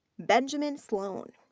benjamin slone.